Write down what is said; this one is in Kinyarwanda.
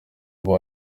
wine